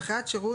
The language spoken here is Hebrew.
בחיית שירות,